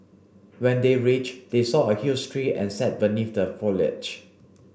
when they reach they saw a huge tree and sat beneath the foliage